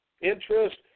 interest